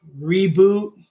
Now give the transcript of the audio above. reboot